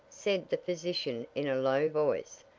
said the physician in a low voice.